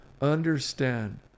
Understand